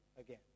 again